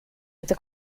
with